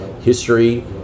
history